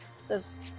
says